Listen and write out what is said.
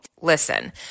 Listen